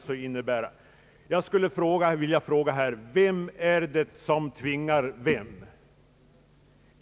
Jag vill fråga: Vem är det som tvingar vem?